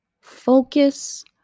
Focus